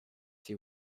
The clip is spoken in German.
sie